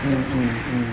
mm mm mm